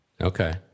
Okay